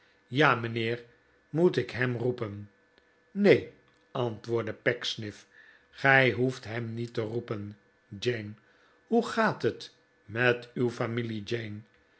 ja mijnheer moet ik hem roepen neen antwoordde pecksniff gij hoeft hem niet te roepen jane hoe gaat het met uw familie jane